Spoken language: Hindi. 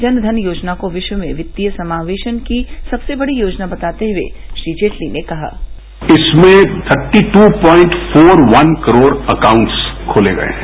जन धन योजना को विश्व में वित्तीय समावेशन की सबसे बड़ी योजना बताते हुए श्री जेटली ने कहा इसमें thirty two point four one crore accounts खोले गए हैं